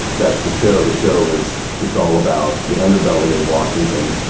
that's the show. the show is, it's all about the underbelly of washington,